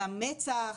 גם מצ"ח,